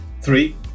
three